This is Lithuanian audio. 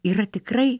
yra tikrai